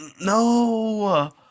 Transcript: no